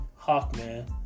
Hawkman